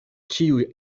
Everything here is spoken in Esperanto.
ĉiuj